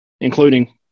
including